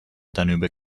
danube